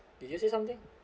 did you say something